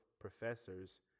professors